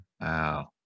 Wow